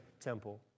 temple